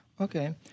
Okay